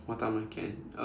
what time we can end